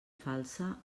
falsa